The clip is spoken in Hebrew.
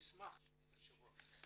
תרצה אני אוכל לתת לך.